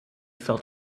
felt